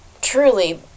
truly